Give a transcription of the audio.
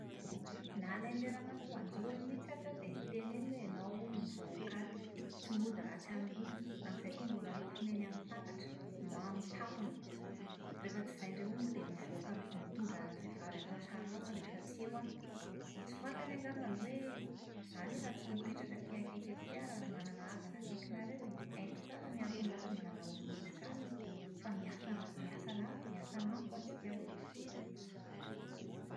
Nalain'ilay ramatoa anjorony mihitsy aho teo dia noteneniny hoe ianao hono mivoaka alina. Tsy mody raha tsy amin'ny roa. Amin'izay koa mbola raofina eny amin'ny tatatra, mamo tampona. Rehefa tsy izay indray hono dia mivoaka m- mitondra vehivavy ato an-trano ato rehefa tsy eo aho. Tsy fantany angambany hoe izaho anie na tsy mipetraka ety akaiky aty ary manana havana akaikinareo e! Haiko tsara ny antony mahatonga anao miditra alina fa miasa ma- miasa lava, miasa mafy ho antsika roa!